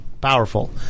powerful